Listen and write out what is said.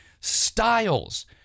styles